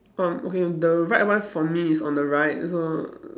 um okay the right one for me is on the right so